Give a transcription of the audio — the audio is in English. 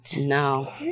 no